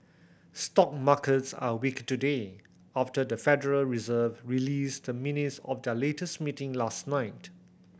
stock markets are weaker today after the Federal Reserve released the minutes of their latest meeting last night